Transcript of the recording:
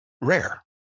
Rare